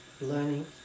learning